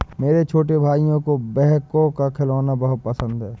मेरे छोटे भाइयों को बैकहो का खिलौना बहुत पसंद है